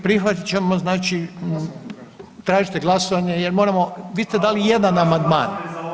Prihvatit ćemo, znači, tražite glasovanje jer moramo, vi ste dali jedan amandman.